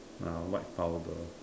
uh white powder